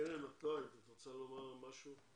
קרן, את רוצה לומר משהו?